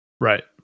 Right